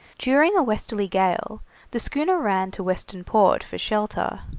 during a westerly gale the schooner ran to western port for shelter.